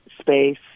space